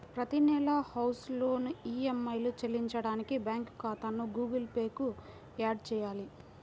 ప్రతి నెలా house loan EMI చెల్లించడానికి బ్యాంకు ఖాతాను గుగుల్ పే కు యాడ్ చేయాలి